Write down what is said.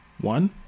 one